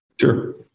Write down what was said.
Sure